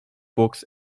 books